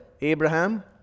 Abraham